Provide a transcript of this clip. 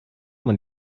man